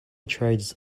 trades